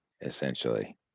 essentially